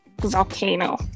volcano